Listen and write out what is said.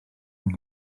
yng